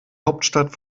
hauptstadt